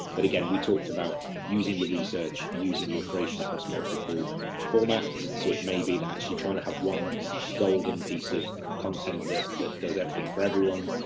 but again, we talked about using your research, using your creation across multiple formats, so it may be that actually trying to have one golden piece of content, that that does everything for everyone,